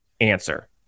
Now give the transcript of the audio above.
answer